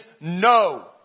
no